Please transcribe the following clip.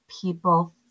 people